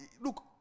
look